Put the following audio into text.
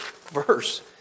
verse